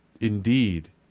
indeed